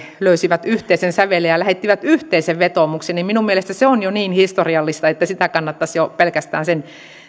löysivät yhteisen sävelen ja lähettivät yhteisen vetoomuksen minun mielestäni se on jo niin historiallista että sitä kannattaisi jo pelkästään sen